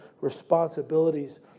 responsibilities